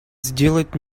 сделать